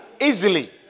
Easily